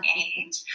age